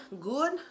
good